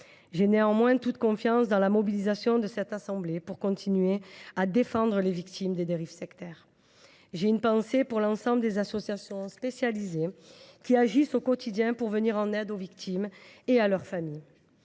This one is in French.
J’ai néanmoins toute confiance dans la mobilisation de la Haute Assemblée pour continuer de défendre les victimes des dérives sectaires. J’ai une pensée pour l’ensemble des associations spécialisées, qui agissent au quotidien pour venir en aide aux victimes et à leurs familles.